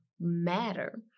matter